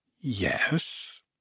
Yes